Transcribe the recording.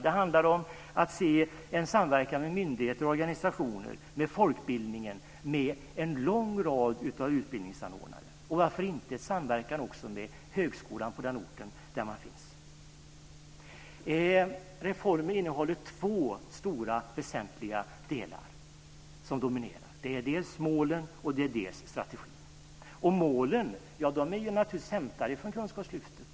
Det handlar om en samverkan med myndigheter och organisationer, med folkbildningen, med en lång rad av utbildningsanordnare, och varför inte också samverkan med högskolan på den egna orten. Reformen innehåller två stora väsentliga delar som dominerar. Det är dels målen, dels strategin. Målen är naturligtvis hämtade från Kunskapslyftet.